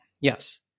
Yes